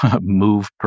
move